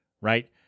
right